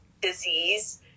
disease